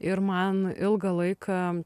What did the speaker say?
ir man ilgą laiką